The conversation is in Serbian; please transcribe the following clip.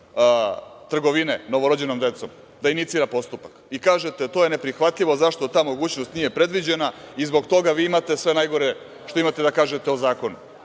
trgovine novorođenom decom da inicira postupak, i kažete – to je neprihvatljivo, zašto ta mogućnost nije predviđen i zbog toga vi imate sve najgore da kažete o zakona. Mi